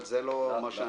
אבל זה לא מה שאני מתכוון.